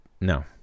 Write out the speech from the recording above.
no